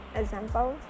example